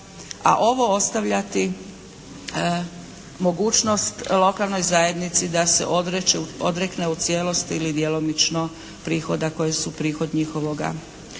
a ovo ostavljati mogućnost lokalnoj zajednici da se odrekne u cijelosti ili djelomično prihoda koji su prihod njihovoga proračuna.